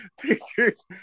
pictures